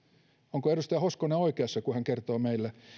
onko edustaja hoskonen oikeassa kun hän kertoo meille